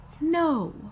No